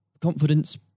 confidence